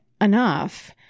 enough